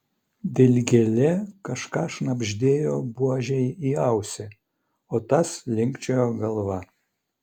dilgėlė kažką šnabždėjo buožei į ausį o tas linkčiojo galva